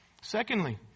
Secondly